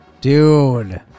Dude